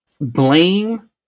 blame